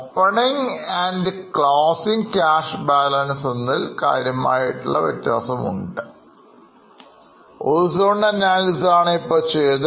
opening and closing cash balanceഎന്നതിൽ വ്യത്യാസമുണ്ട് Horizontal analysis ആണ് ഇപ്പോൾ ചെയ്തത്